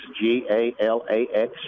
G-A-L-A-X